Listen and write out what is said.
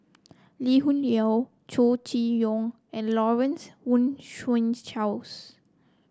Lee Hoon Leong Chow Chee Yong and Lawrence Wong Shyun Tsai